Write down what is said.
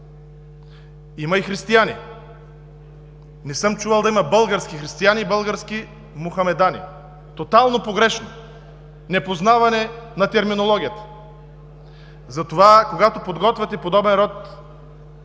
има и християни. Не съм чувал да има български християни и български мохамедани. Тотално погрешно непознаване на терминологията! Затова, когато подготвяте подобен род